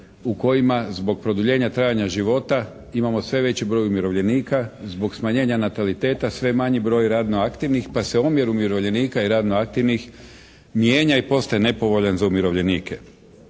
u kojima zbog produljenja trajanja života imamo sve veći broj umirovljenika. Zbog smanjenja nataliteta sve je manji broj radno aktivnih pa se omjer umirovljenika i radno aktivnih mijenja i postaje nepovoljan za umirovljenike.